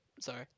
Sorry